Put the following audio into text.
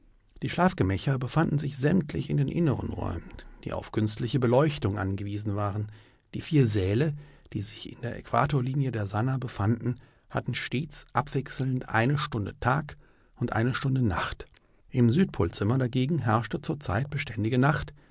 die schlafgemächer befanden sich sämtlich in den inneren räumen die auf künstliche beleuchtung angewiesen waren die vier säle die sich in der äquatorlinie der sannah befanden hatten stets abwechselnd eine stunde tag und eine stunde nacht im südpolzimmer dagegen herrschte zur zeit beständige nacht